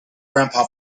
grandpa